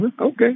Okay